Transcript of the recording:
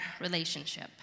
relationship